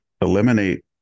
eliminate